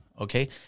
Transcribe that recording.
Okay